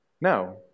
No